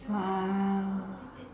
!wow!